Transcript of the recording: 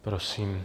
Prosím.